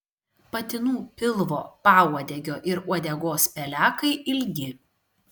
patinų pilvo pauodegio ir uodegos pelekai ilgi